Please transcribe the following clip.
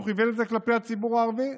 הוא כיוון את זה כלפי הציבור הערבי,